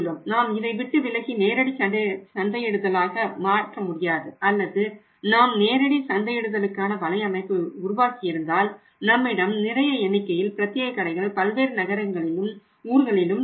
நாம் இதை விட்டு விலகி நேரடிச் சந்தையிடுதலாக மாற்ற முடியாது அல்லது நாம் நேரடி சந்தையிடுதலுக்கான வலைஅமைப்பை உருவாக்கியிருந்தால் நம்மிடம் நிறைய எண்ணிக்கையில் பிரத்தியேக கடைகள் பல்வேறு நகரங்களிலும் ஊர்களிலும் இருக்கும்